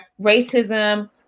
racism